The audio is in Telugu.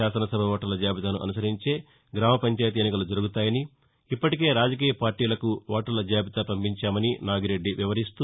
శాసనసభ ఓటర్ల జాబితాను అనుసరించే గ్రామపంచాయతీ ఎన్నికలు జరుగుతాయని ఇప్పటికే రాజకీయ పార్టీలకు ఓటర్ల జాబితా పంపించామని నాగిరెడ్డి వివరిస్తూ